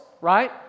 right